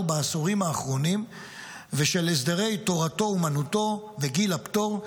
בעשורים האחרונים ושל הסדרי "תורתו אומנותו" וגיל הפטור,